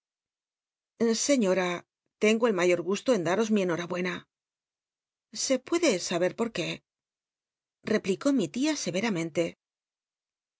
sciioaa tengo el mayor gusto en chuos mi enhoaabuena i e puede sabe poa qné replicó mi tia se'er